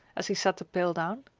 as he set the pail down.